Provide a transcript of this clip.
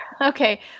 Okay